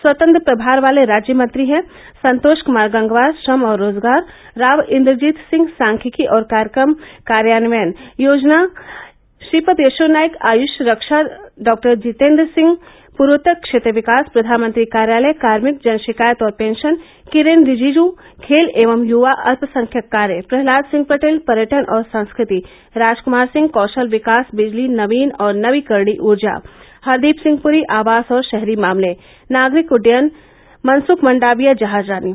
स्वतंत्र प्रभार वाले राज्य मंत्री हैँ संतोष कुमार गंगवार श्रम और रोजगार राव इंद्रजीत सिंह सांख्यिकी और कार्यक्रम कार्यान्वयन योजना श्रीपद यशो नाइक आय्ष रक्षा डॉ जितेंद्र सिंह पूर्वोत्तर क्षेत्र विकास फ्र्वानमंत्री कार्यालय कार्मिक जनशिकायत और पेंशन किरेन रिजिजू खेल एवं युवा अल्पसंख्यक कार्य प्रहलाद सिंह पटेल पर्यटन और संस्कृति राज कुमार सिंह कौशल विकास बिजली नवीन और नवीकरणीय ऊर्जा हरदीप सिंह प्री आवास और शहरी मामले नागरिक उडुयन मनसुख मंडाविया जहाजरानी